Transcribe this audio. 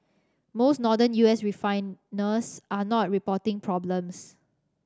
most Northern U S refiners are not reporting problems